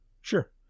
sure